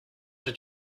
did